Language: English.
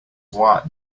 watt